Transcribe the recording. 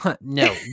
No